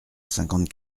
cinquante